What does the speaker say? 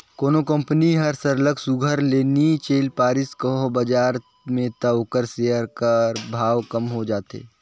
कोनो कंपनी हर सरलग सुग्घर ले नी चइल पारिस कहों बजार में त ओकर सेयर कर भाव कम हो जाथे